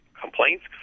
complaints